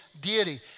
deity